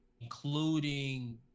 Including